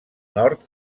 nord